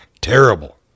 Terrible